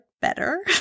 better